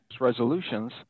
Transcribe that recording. resolutions